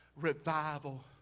revival